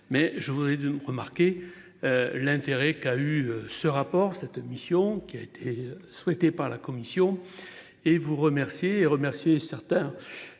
mais je voudrais de remarquer. L'intérêt qu'a eu ce rapport cette mission qui a été souhaité par la Commission et vous remercier et remercier certains.